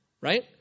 right